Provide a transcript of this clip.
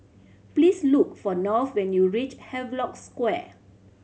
please look for North when you reach Havelock Square